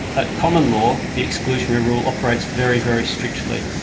at common law, the exclusionary rule operates very, very strictly.